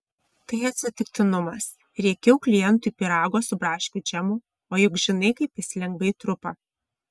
tai atsitiktinumas riekiau klientui pyrago su braškių džemu o juk žinai kaip jis lengvai trupa